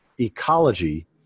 ecology